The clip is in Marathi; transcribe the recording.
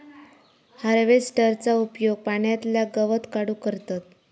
हार्वेस्टरचो उपयोग पाण्यातला गवत काढूक करतत